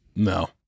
No